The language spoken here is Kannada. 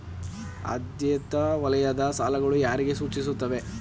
ಆದ್ಯತಾ ವಲಯದ ಸಾಲಗಳು ಯಾರಿಗೆ ಸೂಚಿಸುತ್ತವೆ?